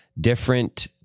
different